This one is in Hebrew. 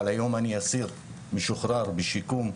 אבל היום אני אסיר משוחרר בשיקום.